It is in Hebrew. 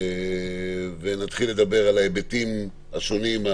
ונתחיל לדבר על ההיבטים השונים,